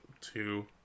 two